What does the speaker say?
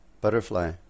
butterfly